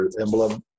emblem